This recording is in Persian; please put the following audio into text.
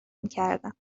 میکردم